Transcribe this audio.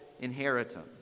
inheritance